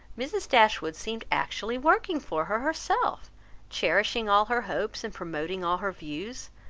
mrs. dashwood seemed actually working for her, herself cherishing all her hopes, and promoting all her views!